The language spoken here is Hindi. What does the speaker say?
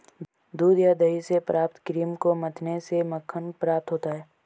दूध या दही से प्राप्त क्रीम को मथने से मक्खन प्राप्त होता है?